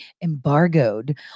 embargoed